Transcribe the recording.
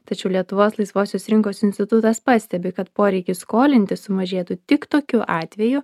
tačiau lietuvos laisvosios rinkos institutas pastebi kad poreikis skolintis sumažėtų tik tokiu atveju